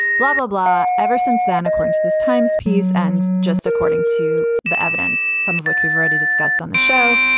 blah, blah, blah. ever since then, according to this times piece, and just according to the evidence, some of what we've already discussed on the show,